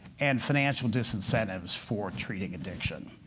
and financial disincentives for treating addiction.